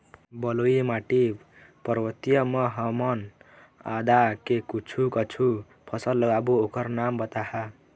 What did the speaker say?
बलुई माटी पर्वतीय म ह हमन आदा के कुछू कछु फसल लगाबो ओकर नाम बताहा?